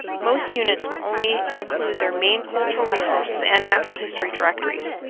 most units will only include their main cultural resources and natural history directories.